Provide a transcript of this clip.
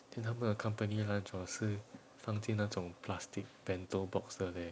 then 他们的 company lunch hor 是放进那种 plastic bento box 的 leh